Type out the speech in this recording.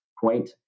point